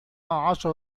عشر